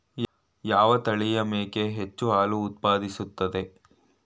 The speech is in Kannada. ಯಾವ ತಳಿಯ ಮೇಕೆ ಹೆಚ್ಚು ಹಾಲು ಉತ್ಪಾದಿಸುತ್ತದೆ?